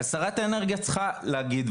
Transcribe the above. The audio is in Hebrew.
שרת האנרגיה צריכה להגיד,